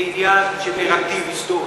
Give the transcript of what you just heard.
זה עניין של נרטיב היסטורי.